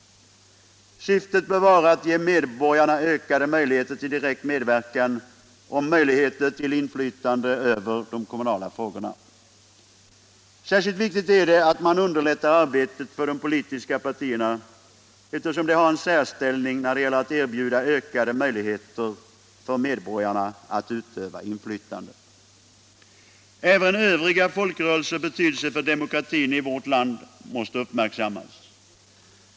Syftet bör vara att ge medborgarna ökade möjligheter till direkt medverkan och möjligheter till inflytande över de kommunala frågorna. Särskilt viktigt är att man underlättar arbetet för de politiska partierna, eftersom de har en särställning när det gäller att erbjuda ökade möjligheter för medborgarna att utöva inflytande. Även övriga folkrörelsers betydelse för demokratin i vårt land måste uppmärksammas.